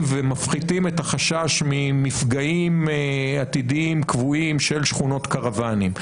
ומפחיתים את החשש ממפגעים עתידיים קבועים של שכונות קרוואנים.